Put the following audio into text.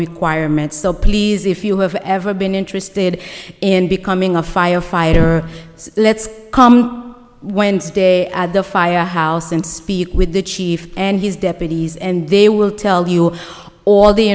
requirement so please if you have ever been interested in becoming a firefighter let's wednesday at the firehouse and speak with the chief and his deputies and they will tell you all the